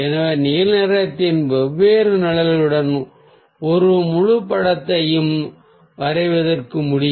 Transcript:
எனவே நீல நிறத்தின் வெவ்வேறு நிழல்களுடன் ஒரு முழுப் படத்தையும் வரைவதற்கு முடியும்